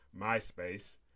MySpace